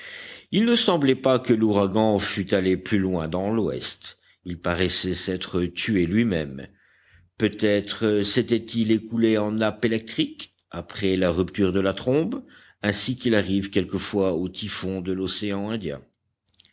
il ne semblait pas que l'ouragan fût allé plus loin dans l'ouest il paraissait s'être tué lui-même peut-être s'était-il écoulé en nappes électriques après la rupture de la trombe ainsi qu'il arrive quelquefois aux typhons de l'océan indien